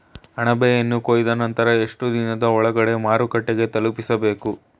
ಅಣಬೆಯನ್ನು ಕೊಯ್ದ ನಂತರ ಎಷ್ಟುದಿನದ ಒಳಗಡೆ ಮಾರುಕಟ್ಟೆ ತಲುಪಿಸಬೇಕು?